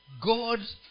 God